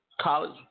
college